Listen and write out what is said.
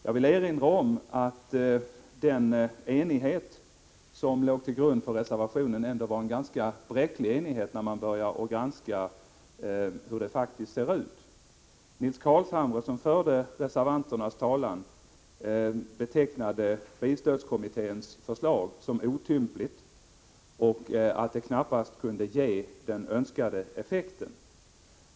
Jag vill erinra om att den enighet som låg till grund för reservationen ändå var ganska bräcklig. Det inser man när man nu börjar granska hur förhållandet faktiskt var. Nils Carlshamre, som förde reservanternas talan, betecknade bilstödskommitténs förslag som otympligt och menade att det knappast kunde ge den önskade effekten.